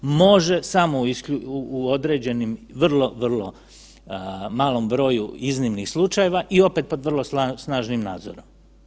Može, samo u određenim vrlo, vrlo malom broju iznimnih slučajeva i opet, pod vrlo snažnim nadzorom.